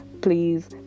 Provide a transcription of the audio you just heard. please